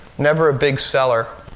never a big seller.